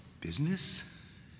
business